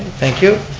thank you.